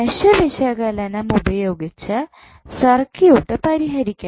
mesh വിശകലനം ഉപയോഗിച്ച് circuit പരിഹരിക്കണം